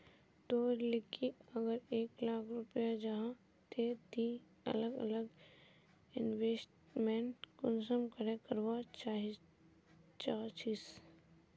तोर लिकी अगर एक लाख रुपया जाहा ते ती अलग अलग इन्वेस्टमेंट कुंसम करे करवा चाहचिस?